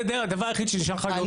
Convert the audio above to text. זה הדבר היחיד שנשאר לך להיות מורה.